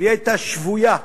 והיא היתה שבויה,